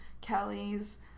Kelly's